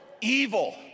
evil